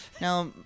Now